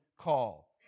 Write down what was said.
call